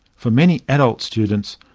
for many adult students,